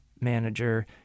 manager